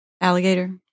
alligator